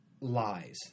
lies